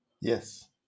Yes